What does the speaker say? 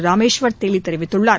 ராமேஸ்வர் தேலி தெரிவித்தார்